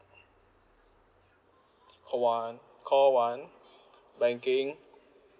call one call one banking